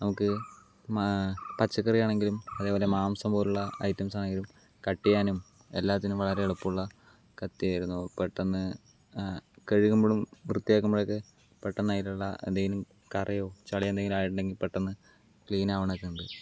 നമുക്ക് പച്ചക്കറിയാണെങ്കിലും അതേപോലെ മാംസം പോലുള്ള ഐറ്റംസ് ആണെങ്കിലും കട്ട് ചെയ്യാനും എല്ലാത്തിനും വളരെ എളുപ്പമുള്ള കത്തിയായിരുന്നു പെട്ടെന്ന് കഴുകുമ്പോഴും വൃത്തിയാക്കുമ്പോഴൊക്കെ പെട്ടെന്നതിലുള്ള എന്തെങ്കിലും കറയോ ചളി എന്തെങ്കിലും ആയിട്ടുണ്ടെങ്കിൽ പെട്ടെന്ന് ക്ലീനാവണൊക്കെയുണ്ട്